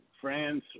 France